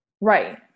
Right